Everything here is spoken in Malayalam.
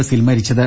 എസിൽ മരിച്ചത്